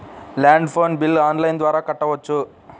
Land phone bill online ద్వారా కట్టుకోవచ్చు?